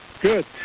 Good